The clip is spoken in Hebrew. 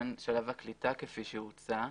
שלב הקליטה כפי שהוצע,